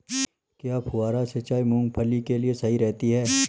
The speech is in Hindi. क्या फुहारा सिंचाई मूंगफली के लिए सही रहती है?